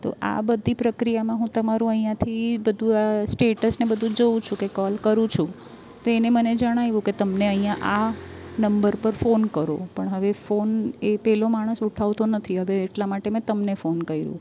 તો આ બધી પ્રક્રિયામાં હું તમારું અહીંયાથી બધું આ સ્ટેટસને બધુ જોવું છું કે કોલ કરું છું તો એને મને જણાવ્યું કે તમને અહીંયા આ નંબર પર ફોન કરો પણ હવે ફોન એ પેલો માણસ ઉઠાવતો નથી હવે એટલા માટે મેં તમને ફોન કર્યો